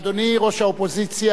אדוני ראש האופוזיציה,